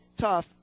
tough